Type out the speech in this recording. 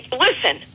Listen